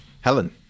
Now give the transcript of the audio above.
Helen